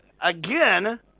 again